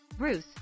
Bruce